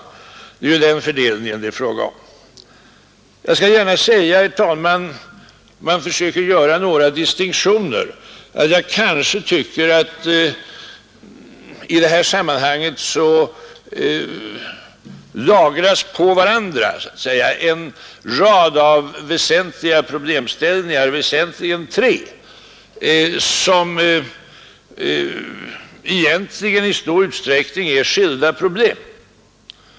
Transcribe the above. Det är ju den fördelningen det är fråga om. Jag skall försöka göra några distinktioner i detta sammanhang. Det lagras på varandra tre väsentliga problemställningar som egentligen i stor utsträckning är skilda frågor.